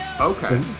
okay